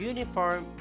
Uniform